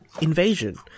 invasion